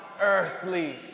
earthly